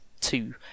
two